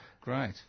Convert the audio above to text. Great